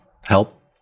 help